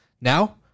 Now